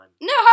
No